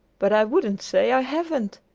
but i wouldn't say i haven't.